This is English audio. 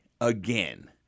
again